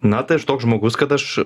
na tai aš toks žmogus kad aš